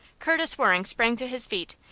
curtis waring sprang to his feet,